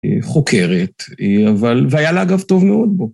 חוקרת, אבל, והיה לה, אגב, טוב מאוד בו.